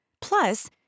plus